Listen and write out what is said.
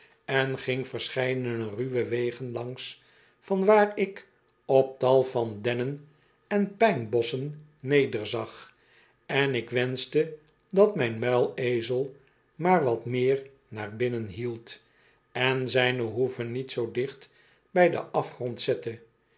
en ging verscheidene ruwe wegen langs van waar ik op tal van dennen en ptjnbosschen nederzag en ik wenschte dat mijn muilezel maar wat meer naar binnen hield en zijne hoeven niet zoo dicht bij den afgrond zette